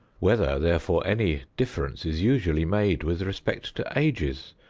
whether, therefore, any difference is usually made with respect to ages,